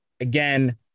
again